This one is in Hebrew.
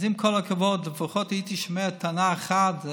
אז עם כל הכבוד, לפחות הייתי שומע טענה אחת.